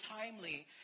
timely